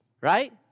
right